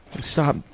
Stop